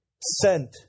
sent